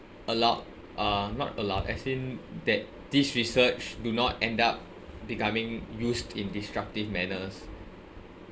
allowed uh not allowed as in that this research do not end up becoming used in disruptive manners